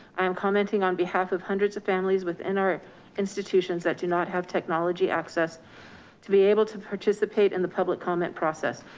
i am commenting on behalf of hundreds of families within our institutions that do not have technology access to be able to participate in the public comment process.